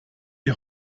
die